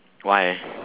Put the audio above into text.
why